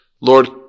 Lord